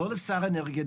לא לשר האנרגיה,